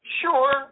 Sure